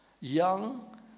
young